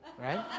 right